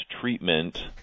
treatment